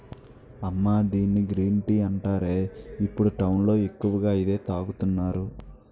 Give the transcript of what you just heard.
అమ్మా దీన్ని green tea అంటారే, ఇప్పుడు టౌన్ లో ఎక్కువగా ఇదే తాగుతున్నారు